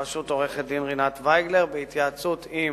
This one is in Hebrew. בראשות עורכת-הדין רינת וייגלר, בהתייעצות עם